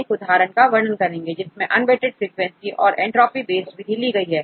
एक उदाहरण का वर्णन करेंगे जिसमें अनवेटेड फ्रीक्वेंसी और एंट्रॉपिक बेस्ड विधि ली गई है